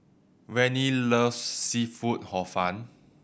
Vannie loves seafood Hor Fun